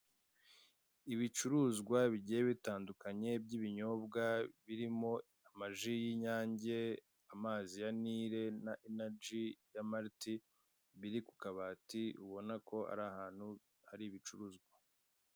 Ibicuruzwa bigiye bitandukanye by'ibinyobwa birimo ama ji y'inyange, amazi ya Nile na inaji ya maliti, biri ku kabati ubona ko ari ahantu hari ibicuruzwa.